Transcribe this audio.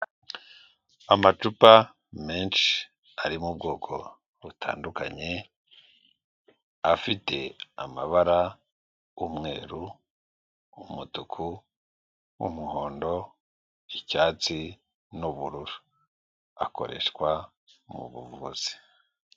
Amacupa menshi ari mu bwoko butandukanye afite amabara umweru umutuku wumuhondo icyatsi n'ubururu akoreshwa mu buvuzi.